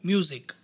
Music